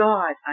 God